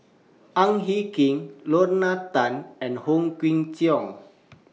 Ang Hin Kee Lorna Tan and Wong Kwei Cheong